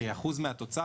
כאחוז מהתוצר,